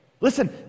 Listen